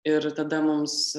ir tada mums